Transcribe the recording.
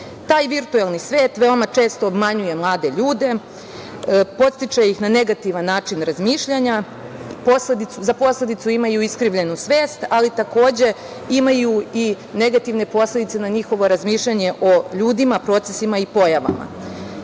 Taj virtuelni svet veoma često obmanjuje mlade ljude, podstiče ih na negativan načni na razmišljanja, za posledicu imaju iskrivljenu svest, ali takođe imaju i negativne posledice na njihovo razmišljanje o ljudima, procesima i pojavama.